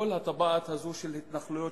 כל הטבעת הזאת של התנחלויות